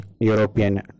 European